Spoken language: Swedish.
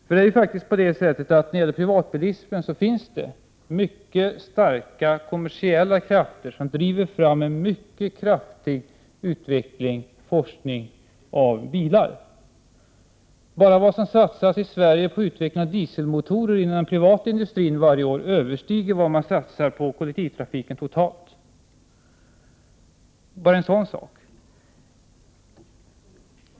När det gäller privatbilismen finns det mycket starka kommersiella intressen som driver fram en mycket kraftig utveckling och forskning. Bara det som i Sverige inom privat industri varje år satsas på utveckling av dieselmotorer överstiger vad man satsar på kollektivtrafiken totalt. Detta är bara ett exempel.